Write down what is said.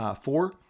four